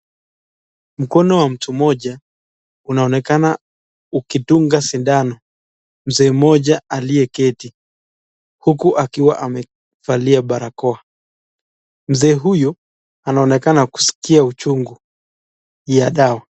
Mkono wa mtu mmoja, unaonekana ukidunga sindano mzee mmoja aliyeketi, huku akiwa amevalia barakoa. Mzee huyu, anaonekana kusikia uchungu ya dawa.